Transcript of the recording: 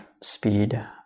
speed